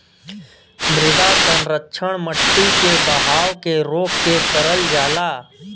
मृदा संरक्षण मट्टी के बहाव के रोक के करल जाला